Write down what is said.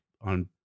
on